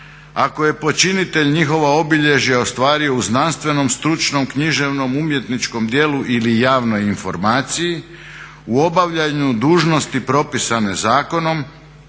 ako je počinitelj njihova obilježja ostvario u znanstvenom, stručnom, književnom, umjetničkom djelu ili javnoj informaciju, u obavljanju dužnosti propisane zakonom,